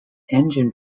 engine